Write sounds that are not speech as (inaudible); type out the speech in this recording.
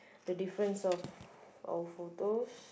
the difference of (breath) our photos